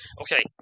okay